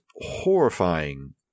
horrifying